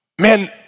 man